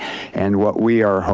and what we are,